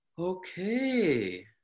okay